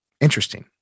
interesting